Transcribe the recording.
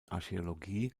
archäologie